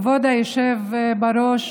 כבוד היושב-בראש,